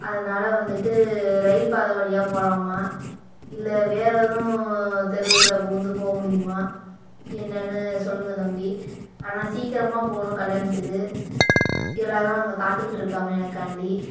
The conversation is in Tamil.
அதனால் வந்துட்டு ரயில் பாதை வழியாக போகலாமா இல்லை வேறு எதுவும் தெருவுக்குள்ள புகுந்து போகமுடியுமா என்னெனன்னு சொல்லுங்க தம்பி ஆனால் சீக்கிரமாக போகணும் கல்யாணத்துக்கு எல்லோரும் அங்கே காத்துக்கிட்டு இருக்காங்க எனக்காண்டி